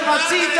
שטרן.